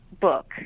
book